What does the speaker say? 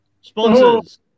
sponsors